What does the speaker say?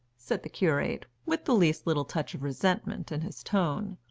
said the curate, with the least little touch of resentment in his tone.